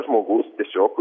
žmogus tiesiog